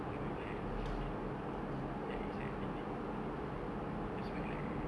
a like fit that is like fitting to the flyer just wear like a